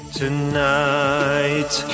tonight